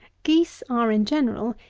geese are, in general,